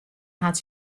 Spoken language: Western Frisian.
hat